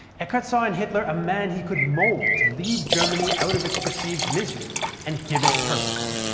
eckart saw in hitler a man he could mould to lead germany out of its perceived misery and give it purpose,